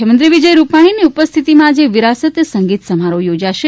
મુખ્યમંત્રી વિજય રૂપાણીની ઉપસ્થિતીમાં આજે વિરાસત સંગીત સમારોહ યોજાશે